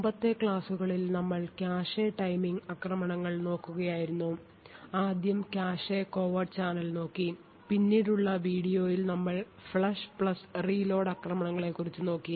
മുമ്പത്തെ ക്ലാസ്സുകളിൽ നമ്മൾ കാഷെ ടൈമിംഗ് ആക്രമണങ്ങൾ നോക്കുകയായിരുന്നു ആദ്യം കാഷെ കോവർട്ട് ചാനൽ നോക്കി പിന്നീടുള്ള വീഡിയോയിൽ നമ്മൾ ഫ്ലഷ് റീലോഡ് ആക്രമണങ്ങളെക്കുറിച്ചു നോക്കി